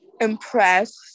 impressed